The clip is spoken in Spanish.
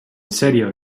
serio